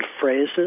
phrases